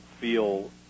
feel